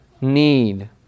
need